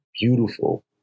beautiful